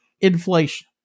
inflation